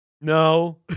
No